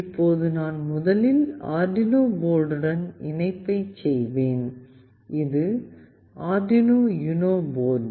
இப்போது நான் முதலில் அர்டுயினோ போர்டுடன் இணைப்பைச் செய்வேன் இது அர்டுயினோ யுனோ போர்டு